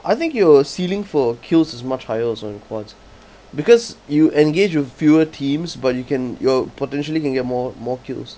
I think your sealing for kills is much higher also in quads because you engage with fewer teams but you can you're potentially can get more more kills